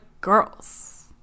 girls